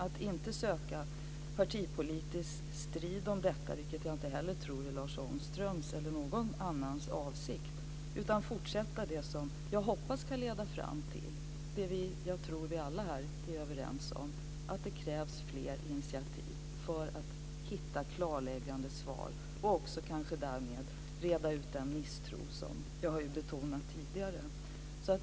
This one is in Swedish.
Vi ska inte söka partipolitisk strid om detta, vilket jag inte heller tror är Lars Ångströms eller någon annans avsikt, utan vi ska fortsätta det arbete som jag hoppas, och som jag tror att vi alla här är överens om, ska leda fram till flera initiativ för att hitta klarläggande svar och kanske därmed reda ut misstron, som jag har betonat tidigare.